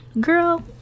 girl